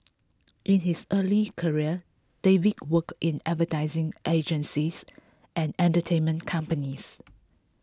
in his early career David worked in advertising agencies and entertainment companies